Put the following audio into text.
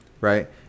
right